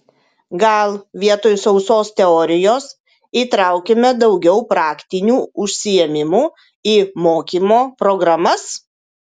gal vietoj sausos teorijos įtraukime daugiau praktinių užsiėmimų į mokymo programas